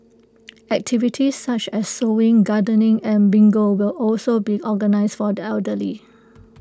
activities such as sewing gardening and bingo will also be organised for the elderly